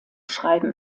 schreiben